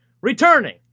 Returning